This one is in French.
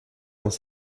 dans